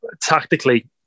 tactically